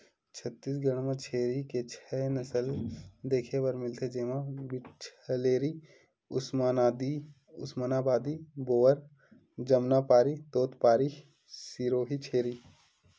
छत्तीसगढ़ म छेरी के छै नसल देखे बर मिलथे, जेमा बीटलछेरी, उस्मानाबादी, बोअर, जमनापारी, तोतपारी, सिरोही छेरी